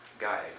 guide